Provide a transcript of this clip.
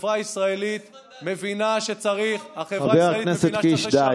והחברה הישראלית מבינה שצריך, חבר הכנסת קיש, די.